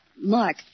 Mark